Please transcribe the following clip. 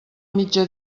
mitja